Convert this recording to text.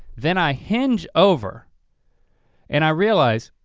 then i hinge over and i realize,